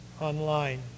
online